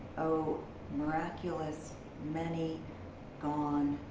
oh miraculous many gone.